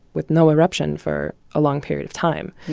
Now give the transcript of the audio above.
with no eruption for a long period of time.